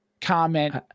comment